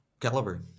caliber